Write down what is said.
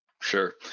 Sure